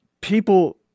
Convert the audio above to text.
people